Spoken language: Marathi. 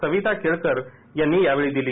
सविता केळकर यांनी यावेळी दिली